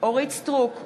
אורית סטרוק,